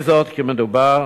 מדובר